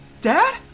Dad